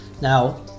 now